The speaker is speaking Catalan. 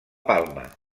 palma